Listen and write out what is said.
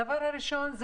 דבר ראשון,